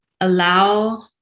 allow